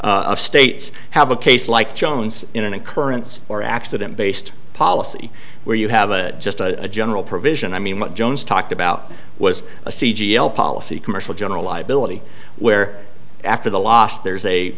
of states have a case like jones in an occurrence or accident based policy where you have a just a general provision i mean what jones talked about was a c g l policy commercial general liability where after the loss there's a